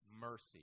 mercy